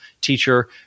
teacher